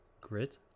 grit